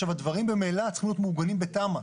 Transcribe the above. הדברים ממילא צריכים להיות מעוגנים בתמ"א.